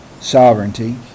sovereignty